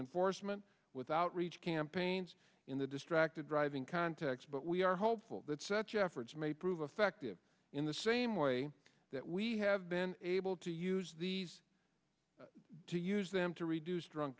enforcement with outreach campaigns in the distracted driving context but we are hopeful that such efforts may prove effective in the same way that we have been able to use these to use them to reduce drunk